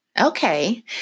Okay